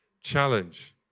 Challenge